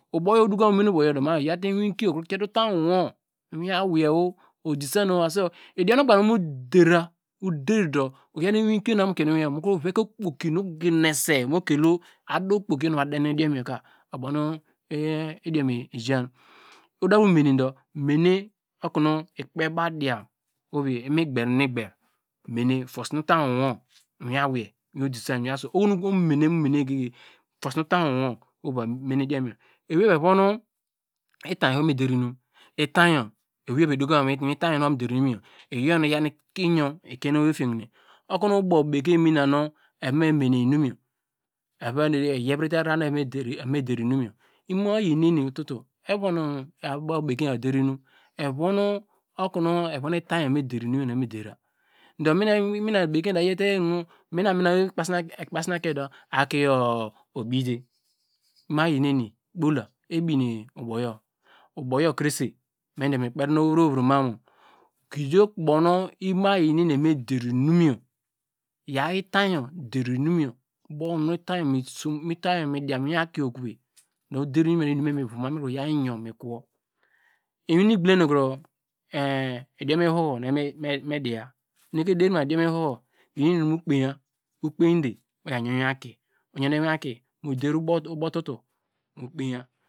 Ubow yor udoko mu me ne ubow yor ma okro yawte iwinkio okiete utam wowo idiom nu ogbanke mu dera uder du oyan iwinkio mu kro veke okpoki nu oginese mukelu adu okpoki yonu ovadenu idiom yor kar oyor uboro nu idiom yor ijan odamu menedu mene okonu ikpei bae diya ohovi imiger imiger mene tosine utain wowo niwin awei miwei odisan miwin asu oho mu mene fosine utam wowo ohovi ova mene idiom yor ewei evonu itany evome deroinum itany yor ewei evo edokoma mu itany yor nu eva medero inum yor iyor nu iyor ikienu owei ofiehine okonn ubow bekein mina nu ova me mene iyor eyervrite arara nu evo me der inum yor imu ayaneri ututu evon ubow bekein evoderoinum evo nu okonu evon itany yor evome der inum yor mi na bekein edar yete okonu mina mina nu okpasi nu akiyo dis akiyo ubite imo ayaneni ikpola ebine uboyor ubow yor krese me mi kpeeina ovrowei vro ma mu gidi ubownu imu ayaneni ovome der inin yor yaw itany you der inum you iyany yor mi dian mu iwin aki okove muder inum you okomu voma mu kri yaw iyor mikowo inum nu igbulma hine nu idiom mu ihoho me diya enikre ederima idiom ihoho iyin inum mu kpeya okpeyite mu yw yon mu iviom aki oder ubotutu mu kpiya.